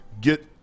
get